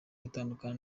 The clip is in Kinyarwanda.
gutandukana